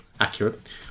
accurate